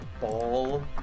ball